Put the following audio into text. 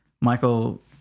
Michael